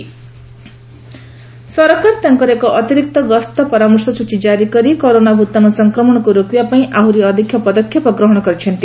GoM advisory ସରକାର ତାଙ୍କର ଏକ ଅତିରିକ୍ତ ଗସ୍ତ ପରାମର୍ଶ ସୂଚୀ ଜାରିକରି କରୋନା ଭୂତାଣୁ ସଂକ୍ରମଣକୁ ରୋକିବା ପାଇଁ ଆହୁରି ଅଧିକ ପଦକ୍ଷେପ ଗ୍ରହଣ କରିଛନ୍ତି